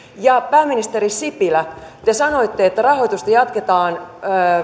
ja pääministeri sipilä te sanoitte että rahoitusta jatketaan